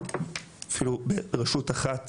אפילו לתת מענה אחד לרשות אחת,